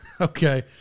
okay